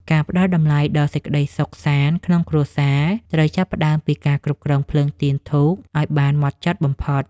ការផ្តល់តម្លៃដល់សេចក្តីសុខសាន្តក្នុងគ្រួសារត្រូវចាប់ផ្តើមពីការគ្រប់គ្រងភ្លើងទៀនធូបឱ្យបានហ្មត់ចត់បំផុត។